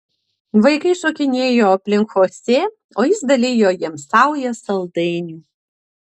vaikai šokinėjo aplink chosė o jis dalijo jiems saujas saldainių